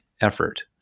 effort